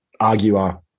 arguer